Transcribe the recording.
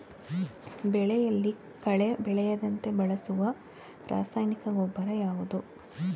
ಬೆಳೆಯಲ್ಲಿ ಕಳೆ ಬೆಳೆಯದಂತೆ ಬಳಸುವ ರಾಸಾಯನಿಕ ಗೊಬ್ಬರ ಯಾವುದು?